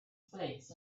flakes